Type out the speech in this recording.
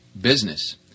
business